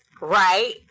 right